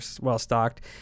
well-stocked